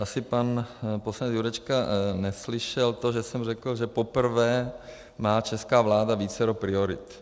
Asi pan poslanec Jurečka neslyšel to, že jsem řekl, že poprvé má česká vláda vícero priorit.